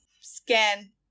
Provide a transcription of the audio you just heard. scan